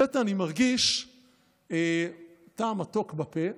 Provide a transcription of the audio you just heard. לפתע אני מרגיש טעם מתוק בפה.